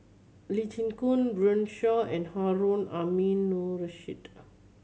Lee Chin Koon Runme Shaw and Harun Aminurrashid